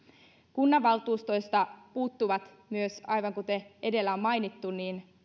kunnanvaltuustoista puuttuvat myös aivan kuten edellä on mainittu